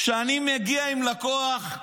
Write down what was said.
שאני מגיע עם לקוח,